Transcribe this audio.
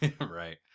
Right